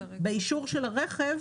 באישור של הרכב